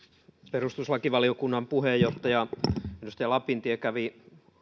perustuslakivaliokunnan puheenjohtaja edustaja lapintie kävi